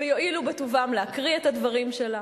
ויואילו בטובם להקריא את הדברים שלה.